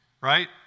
right